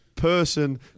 person